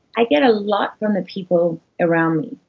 i get a lot from the people around